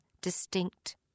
distinct